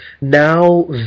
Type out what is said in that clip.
now